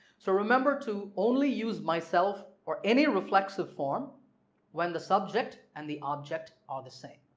so remember to only use myself or any reflexive form when the subject and the object are the same.